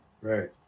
right